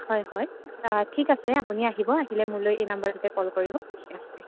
হয় হয় ঠিক আছে আপুনি আহিব আহিলে মোলৈ এই নম্বৰটোতে কল কৰিব ঠিক আছে